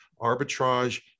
Arbitrage